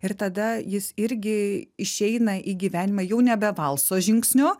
ir tada jis irgi išeina į gyvenimą jau nebe valso žingsniu